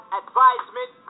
advisement